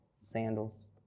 sandals